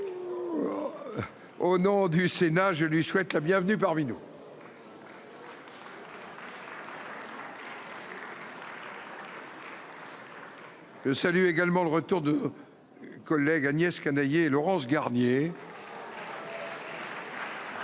Au nom du Sénat, je lui souhaite la bienvenue parmi nous. Je salue également le retour de nos collègues Agnès Canayer et Laurence Garnier, que nous sommes